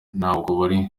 ntabwo